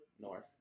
North